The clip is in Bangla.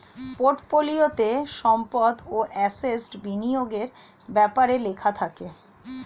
পোর্টফোলিওতে সম্পদ বা অ্যাসেট বিনিয়োগের ব্যাপারে লেখা থাকে